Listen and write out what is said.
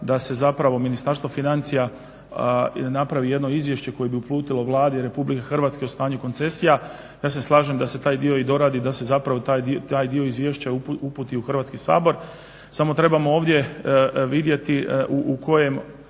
da se zapravo Ministarstvo financija napravi jedno izvješće koje bi uputilo Vladi Republike Hrvatske o stanju koncesija. Ja se slažem da se taj dio i doradi, da se zapravo taj dio izvješća uputi u Hrvatski sabor, samo trebamo ovdje vidjeti u kojem